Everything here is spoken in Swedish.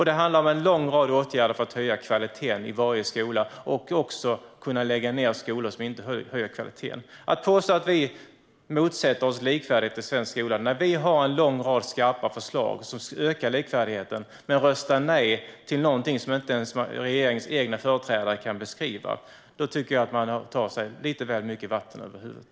Det handlar om en lång rad åtgärder för att höja kvaliteten i varje skola och att också kunna lägga ned skolor som inte höjer kvaliteten. När man påstår att vi motsätter oss likvärdighet i svensk skola när vi har en lång rad skarpa förslag som ökar likvärdigheten men röstar nej till någonting som inte ens regeringens egna företrädare kan beskriva, då tycker jag att man tar sig lite väl mycket vatten över huvudet.